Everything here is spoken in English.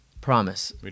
Promise